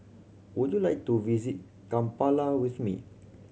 would you like to visit Kampala with me